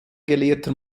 gelehrter